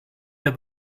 der